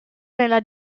nella